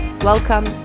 Welcome